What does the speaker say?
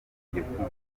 ibisobanuro